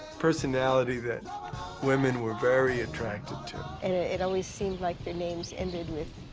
personality that women were very attracted to. and it always seems like their names ended with